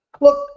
Look